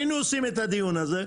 היינו עושים את הדיון הזה,